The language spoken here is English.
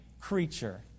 creature